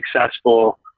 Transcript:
successful